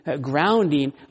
grounding